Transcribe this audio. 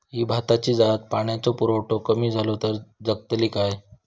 ही भाताची जात पाण्याचो पुरवठो कमी जलो तर जगतली काय?